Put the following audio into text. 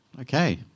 Okay